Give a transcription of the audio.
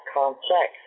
complex